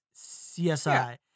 CSI